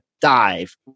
dive